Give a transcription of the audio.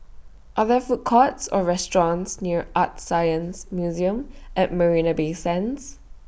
Are There Food Courts Or restaurants near ArtScience Museum At Marina Bay Sands